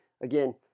Again